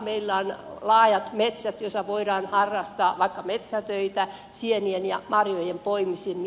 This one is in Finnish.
meillä on laajat metsät joissa voidaan harrastaa vaikka metsätöitä sienien ja marjojen poimimista